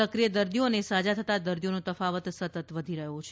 સક્રિય દર્દીઓ અને સાજા થતાં દર્દીઓનો તફાવત સતત વધી રહ્યો છે